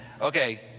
okay